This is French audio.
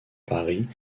paris